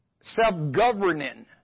self-governing